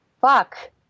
fuck